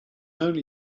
only